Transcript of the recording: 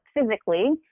physically